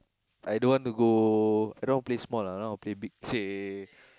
I don't want to go I don't want play small lah I wanna play big !chey!